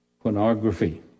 pornography